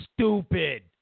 stupid